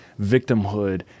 victimhood